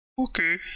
Okay